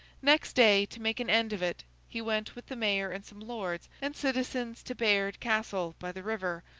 next day, to make an end of it, he went with the mayor and some lords and citizens to bayard castle, by the river,